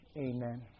Amen